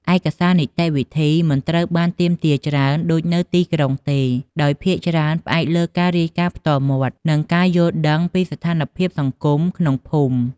ឯកសារនីតិវិធីមិនត្រូវបានទាមទារច្រើនដូចនៅទីក្រុងទេ ដោយភាគច្រើន ផ្អែកលើការរាយការណ៍ផ្ទាល់មាត់ និងការយល់ដឹងពីស្ថានភាពសង្គមក្នុងភូមិ។